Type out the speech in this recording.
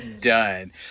done